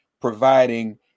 providing